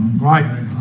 Right